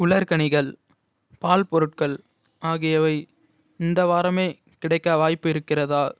உலர் கனிகள் பால் பொருட்கள் ஆகியவை இந்த வாரமே கிடைக்க வாய்ப்பு இருக்கிறதா